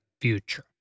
future